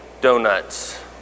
donuts